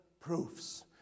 proofs